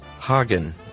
Hagen